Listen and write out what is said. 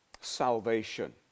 salvation